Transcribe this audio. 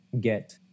get